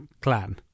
clan